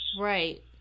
right